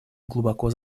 глубоко